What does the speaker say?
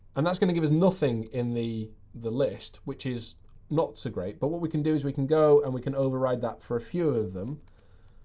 and that's going to give us nothing in the the list, which is not so great. but what we can do is we can go and we can override that for a few of them,